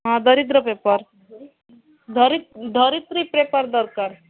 ହଁ ଦରିଦ୍ର ପେପର୍ ଧରି ଧରିତ୍ରୀ ପେପର୍ ଦରକାର